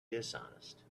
dishonest